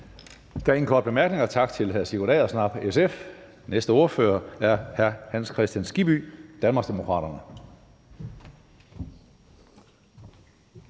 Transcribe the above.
er ingen korte bemærkninger. Tak til hr. Sigurd Agersnap, SF. Næste ordfører er hr. Hans Kristian Skibby, Danmarksdemokraterne.